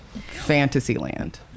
Fantasyland